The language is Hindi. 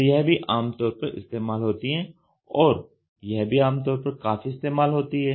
तो यह भी आमतौर पर इस्तेमाल होती हैं और यह भी आमतौर पर काफ़ी इस्तेमाल होती हैं